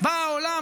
בא העולם,